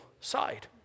side